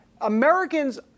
Americans